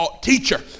teacher